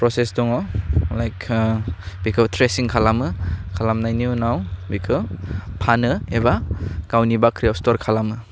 process दङ like बेखौ tracing खालामो खालामनायनि उनाव बेखो फानो एबा गावनि बाख्रियाव स्टर खालामो